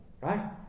Right